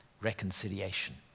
reconciliation